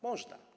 Można.